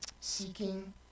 seeking